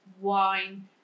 wine